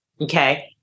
Okay